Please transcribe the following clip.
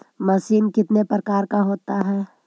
Machine कितने प्रकार का होता है?